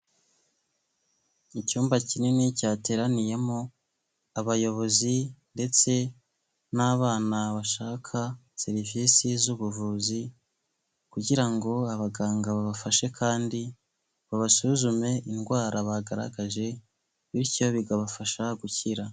Icyumba kinini cyateraniyemo abayobozi ndetse n'abana bashaka serivisi z’ubuvuzi, kugira ngo abaganga babafashe kandi babasuzume indwara bagaragaje, bityo bikabafasha gukira.